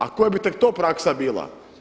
A koja bi tek to praska bila?